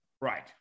Right